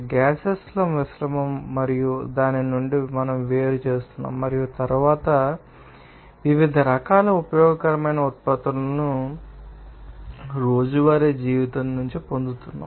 gases ల మిశ్రమం మరియు దాని నుండి మనం వేరు చేస్తున్నాము మరియు తరువాత మేము వివిధ రకాల ఉపయోగకరమైన ఉత్పత్తులను మరియు రోజువారీ జీవితాన్ని పొందుతున్నాము